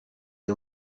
com